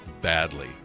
badly